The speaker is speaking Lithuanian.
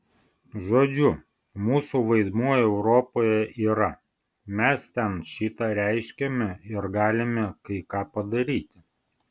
žodžiu mūsų vaidmuo europoje yra mes ten šį tą reiškiame ir galime kai ką padaryti